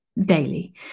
daily